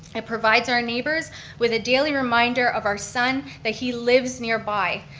it provides our neighbors with a daily reminder of our son, that he lives nearby.